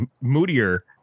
moodier